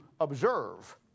observe